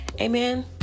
Amen